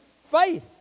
faith